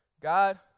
God